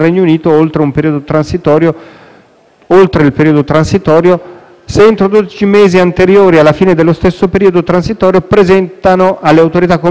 oltre il periodo transitorio se entro dodici mesi anteriori alla fine dello stesso periodo transitorio presentino alle autorità competenti un'istanza apposita.